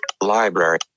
library